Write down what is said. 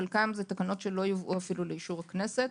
בחלקם לא יובאו אפילו לאישור הכנסת.